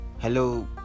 hello